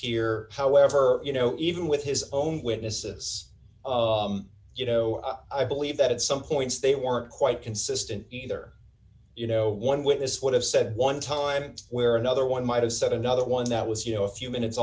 here however you know even with his own witnesses you know i believe that at some points they weren't quite consistent either you know one witness would have said one time where another one might have said another one that was you know a few minutes